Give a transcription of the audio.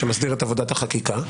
שמסדיר את עבודת החקיקה.